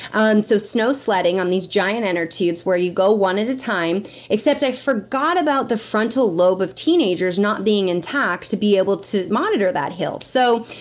so snow sledding on these giant inner tubes, where you go one at a time except i forgot about the frontal lobe of teenagers, not being intact, to be able to monitor that hill. so,